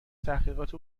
تحقیقات